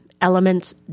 elements